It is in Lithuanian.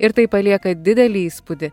ir tai palieka didelį įspūdį